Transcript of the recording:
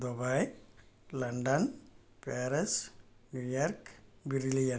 Dubai London Paris New York Berlin